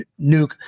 nuke